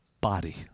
body